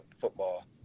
football